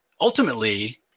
ultimately